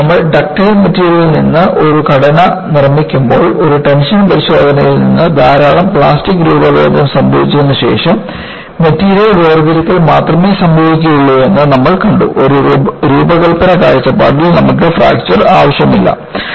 കാരണം നമ്മൾ ഡക്റ്റൈൽ മെറ്റീരിയലിൽ നിന്ന് ഒരു ഘടന നിർമ്മിക്കുമ്പോൾ ഒരു ടെൻഷൻ പരിശോധനയിൽ നിന്ന് ധാരാളം പ്ലാസ്റ്റിക് രൂപഭേദം സംഭവിച്ചതിനുശേഷം മെറ്റീരിയൽ വേർതിരിക്കൽ മാത്രമേ സംഭവിക്കുകയുള്ളൂ എന്ന് നമ്മൾ കണ്ടു ഒരു രൂപകൽപ്പന കാഴ്ചപ്പാടിൽ നമ്മൾക്ക് ഫ്രാക്ചർ ആവശ്യമില്ല